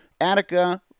Attica